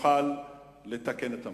ונוכל לתקן את המערכת.